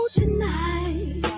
tonight